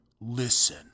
Listen